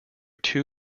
two